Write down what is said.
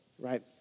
right